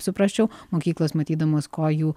suprasčiau mokyklos matydamos ko jų